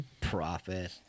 Profit